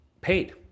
paid